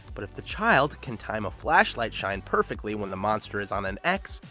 but if the child can time a flashlight shine perfectly when the monster is on an x,